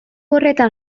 horretan